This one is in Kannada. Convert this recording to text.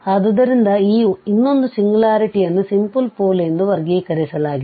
ಆದ್ದರಿಂದ ಈ ಇನ್ನೊಂದು ಸಿಂಗ್ಯುಲಾರಿಟಿ ಯನ್ನು ಸಿಂಪಲ್ ಪೋಲ್ ಎಂದು ವರ್ಗೀಕರಿಸಲಾಗಿದೆ